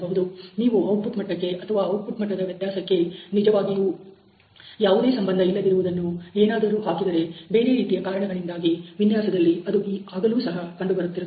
ನೀವು ಔಟ್ಪುಟ್ ಮಟ್ಟಕ್ಕೆ ಅಥವಾ ಔಟ್ಪುಟ್ ಮಟ್ಟದ ವ್ಯತ್ಯಾಸಕ್ಕೆ ನಿಜವಾಗಿಯೂ ಯಾವುದೇ ಸಂಬಂಧ ಇಲ್ಲದಿರುವುದನ್ನು ಏನನ್ನಾದರೂ ಹಾಕಿದರೆ ಬೇರೆ ರೀತಿಯ ಕಾರಣಗಳಿಂದಾಗಿ ವಿನ್ಯಾಸದಲ್ಲಿ ಅದು ಆಗಲೂ ಸಹ ಕಂಡು ಬರುತ್ತಿರುತ್ತದೆ